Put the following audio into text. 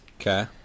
Okay